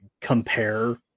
compare